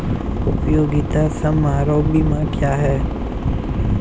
उपयोगिता समारोह बीमा क्या है?